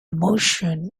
motion